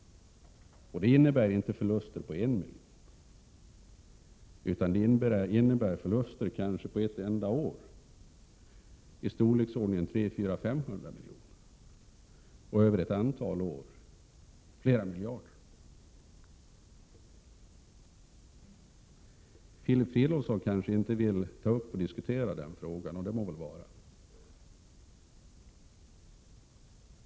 Det innebär inte förluster på en miljon. Det innebär förluster i storleksordningen 300-500 miljoner kanske på ett enda år, och över ett antal år flera miljarder. Filip Fridolfsson vill kanske inte diskutera frågan. Det må så vara.